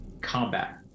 combat